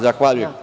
Zahvaljujem.